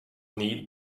nie